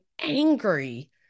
angry